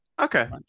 Okay